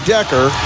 Decker